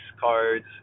cards